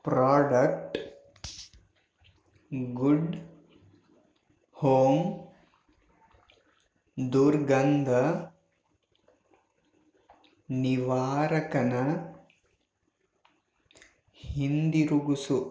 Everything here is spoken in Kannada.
ಪ್ರಾಡಕ್ಟ್ ಗುಡ್ ಹೋಮ್ ದುರ್ಗಂಧ ನಿವಾರಕನ ಹಿಂದಿರುಗಿಸು